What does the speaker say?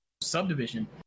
subdivision